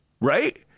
Right